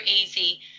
easy